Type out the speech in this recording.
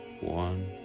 one